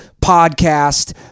podcast